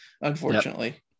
unfortunately